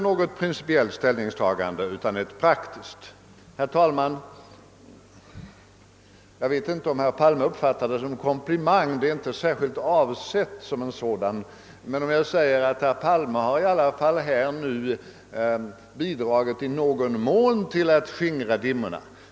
Jag vet inte om herr Palme kommer att uppfatta det som en komplimang — det är inte särskilt avsett som en sådan — när jag säger att herr Palme här i alla fall i någon mån bidragit till att skingra dimmorna.